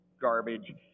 garbage